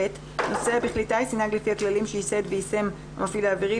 נוסע בכלי טיס לפי הכללים שייסד ויישם המפעיל האווירי,